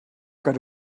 got